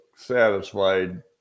satisfied